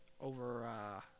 over